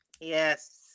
Yes